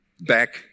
back